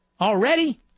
Already